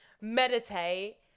meditate